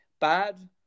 bad